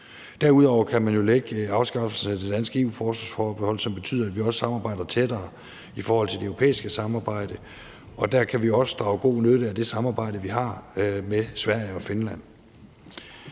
Derudover kan man jo lægge afskaffelse af det danske EU-forsvarsforbehold, som betyder, at vi også samarbejder tættere i forhold til det europæiske samarbejde, og der kan vi også drage god nytte af det samarbejde, vi har med Sverige og Finland.